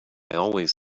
always